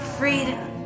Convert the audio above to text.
freedom